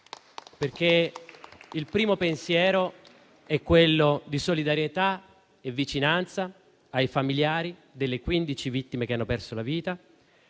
Il primo pensiero è infatti quello di solidarietà e vicinanza ai familiari delle 15 vittime che hanno perso la vita,